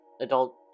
Adult